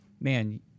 man